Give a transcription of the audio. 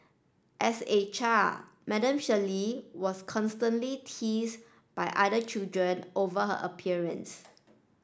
as a child Madam Shirley was constantly teased by other children over her appearance